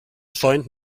joint